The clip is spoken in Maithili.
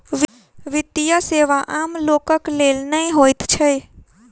वित्तीय सेवा आम लोकक लेल नै होइत छै